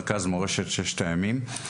מרכז מורשת ששת הימים.